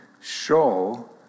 show